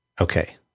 Okay